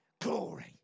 glory